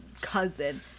cousin